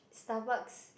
Starbucks